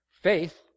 Faith